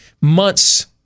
months